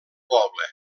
poble